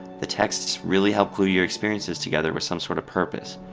the texts really help glue your experiences together with some sort of purpose.